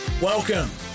Welcome